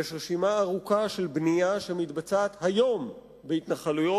יש רשימה ארוכה של בנייה שמתבצעת היום בהתנחלויות.